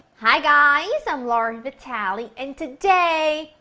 hi guys, i'm laura vitale and today,